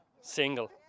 single